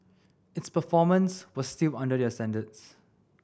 its performance was still under their standards